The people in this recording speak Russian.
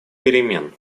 перемен